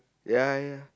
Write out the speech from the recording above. ya ya